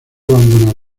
abandonar